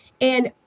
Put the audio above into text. And-